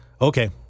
Okay